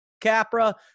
Capra